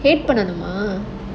hate பண்ணனுமா:pannanumaa mah